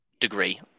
degree